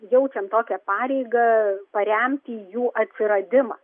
jaučiant tokią pareigą paremti jų atsiradimą